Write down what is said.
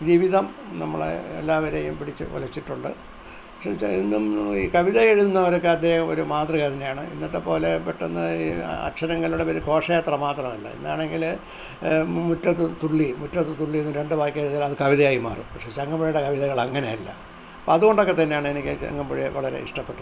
ജീവിതം നമ്മളെ എല്ലാവരെയും പിടിച്ച് ഉലച്ചിട്ടുണ്ട് പക്ഷേ ഇന്നും ഈ കവിത എഴുതുന്നവരൊക്കെ അദ്ദേഹം ഒരു മാതൃക തന്നെയാണ് ഇന്നത്തെപ്പോലെ പെട്ടെന്ന് അക്ഷരങ്ങളുടെ ഒരു ഘോഷയാത്ര മാത്രമല്ല ഇന്നാണെങ്കില് മുറ്റത്ത് തുള്ളി മുറ്റത്ത് തുള്ളി എന്ന് രണ്ട് വാക്കെഴുതിയാൽ അത് കവിതയായി മാറും പക്ഷേ ചങ്ങമ്പുഴയുടെ കവിതകൾ അങ്ങനെയല്ല അപ്പോഴതുകൊണ്ടൊക്കെ തന്നെയാണ് എനിക്ക് ചങ്ങമ്പുഴയെ വളരെ ഇഷ്ടപ്പെട്ടത്